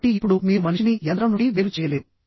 కాబట్టి ఇప్పుడు మీరు మనిషిని యంత్రం నుండి వేరు చేయలేరు